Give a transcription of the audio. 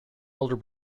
older